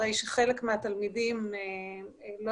הרי שחלק מהתלמידים לא